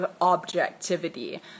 objectivity